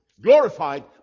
glorified